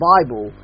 Bible